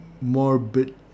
morbid